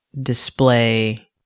display